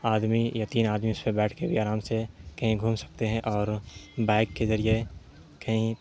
آدمی یا تین آدمی اس پہ بیٹھ کے بھی آرام سے کہیں گھوم سکتے ہیں اور بائک کے ذریعے کہیں